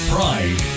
Pride